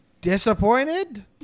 disappointed